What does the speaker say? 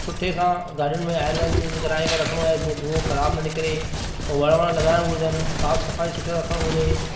सुठे सां गाॾियुनि में ऑइल वॉइल चैंज कराए करे रखिणो आहे जीअं धुओ ख़राब न निकिरे ऐं वण वण लॻाइणा घुरिजनि साफ़ सफ़ाई सुठी रखणु घुरिजे